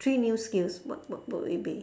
three new skills what what would it be